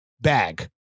bag